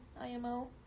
IMO